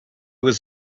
was